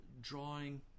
Drawing